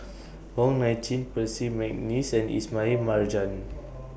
Wong Nai Chin Percy Mcneice and Ismail Marjan